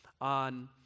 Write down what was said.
on